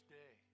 day